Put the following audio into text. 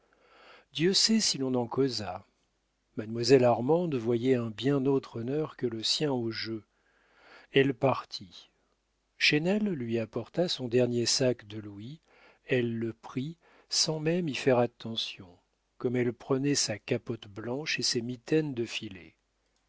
dieu sait si l'on en causa mademoiselle armande voyait un bien autre honneur que le sien au jeu elle partit chesnel lui apporta son dernier sac de louis elle le prit sans même y faire attention comme elle prenait sa capote blanche et ses mitaines de